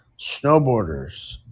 snowboarders